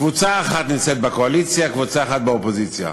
קבוצה אחת נמצאת בקואליציה וקבוצה אחת באופוזיציה.